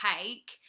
take